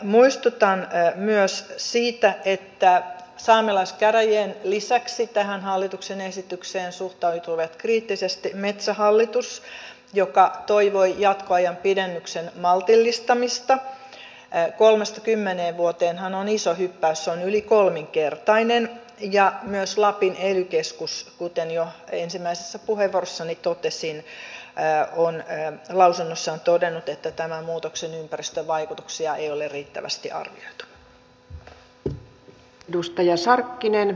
muistutan myös siitä että saamelaiskäräjien lisäksi tähän hallituksen esitykseen suhtautui kriittisesti metsähallitus joka toivoi jatkoajan pidennyksen maltillistamista kolmesta kymmeneen vuoteenhan on iso hyppäys se on yli kolminkertainen ja myös lapin ely keskus kuten jo ensimmäisessä puheenvuorossani totesin on lausunnossaan todennut että tämän muutoksen ympäristövaikutuksia ei ole riittävästi arvioitu